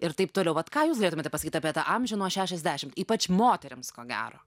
ir taip toliau vat ką jūs galėtumėte pasakyt apie tą amžių nuo šešiasdešimt ypač moterims ko gero